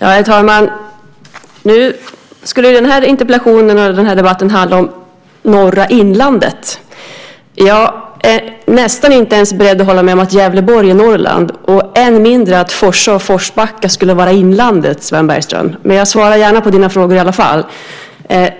Herr talman! Nu skulle den här interpellationsdebatten handla om norra inlandet. Jag är nästan inte ens beredd att hålla med om att Gävleborg är Norrland, än mindre att Forsa och Forsbacka skulle vara inlandet, Sven Bergström. Men jag svarar gärna på dina frågor i alla fall. Jag